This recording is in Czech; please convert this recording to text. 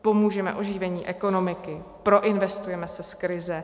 Pomůžeme oživení ekonomiky, proinvestujeme se z krize.